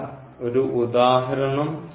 ഒരു ഉദാഹരണം ചെയ്യുന്നു